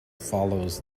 follows